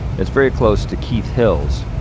it's very close to keith hills,